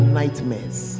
nightmares